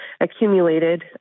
accumulated